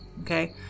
Okay